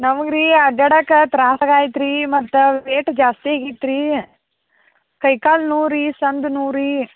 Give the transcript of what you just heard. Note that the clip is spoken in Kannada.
ನಮಗೆ ರೀ ಅಡ್ಯಾಡಕ ತ್ರಾಸಗ ಐತಿ ರೀ ಮತ್ತು ವೇಟ್ ಜಾಸ್ತಿ ಆಗಿತ್ತು ರೀ ಕೈ ಕಾಲು ನೋವು ರೀ ಸಂದಿ ನೋವು ರೀ